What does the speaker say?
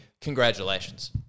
Congratulations